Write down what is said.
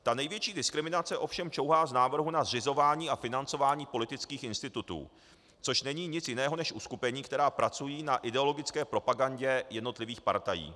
Ta největší diskriminace ovšem čouhá z návrhu na zřizování a financování politických institutů, což není nic jiného než uskupení, která pracují na ideologické propagandě jednotlivých partají.